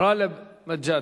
גאלב מג'אדלה.